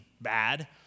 bad